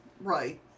Right